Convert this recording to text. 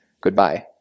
goodbye